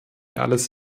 alles